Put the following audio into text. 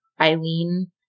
Eileen